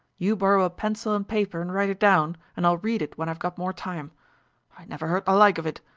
you borrow a pencil and paper and write it down and i'll read it when i've got more time i never heard the like of it.